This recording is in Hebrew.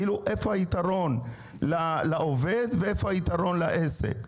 איפה היתרון לעובד ואיפה היתרון לעסק?